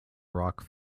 rock